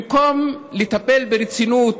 במקום לטפל ברצינות